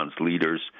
leaders